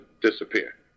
disappear